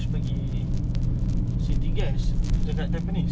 ah next week aku dah carpentry installation